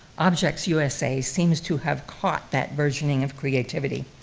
objects usa seemed to have caught that burgeoning of creativity.